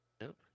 Nope